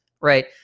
right